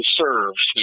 serves